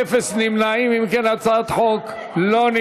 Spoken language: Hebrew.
התשע"ו 2016,